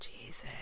jesus